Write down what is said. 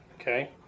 okay